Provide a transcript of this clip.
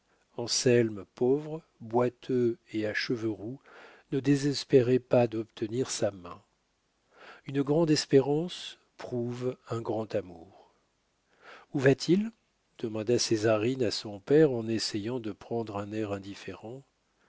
roguin anselme pauvre boiteux et à cheveux roux ne désespérait pas d'obtenir sa main une grande espérance prouve un grand amour où va-t-il demanda césarine à son père en essayant de prendre un air indifférent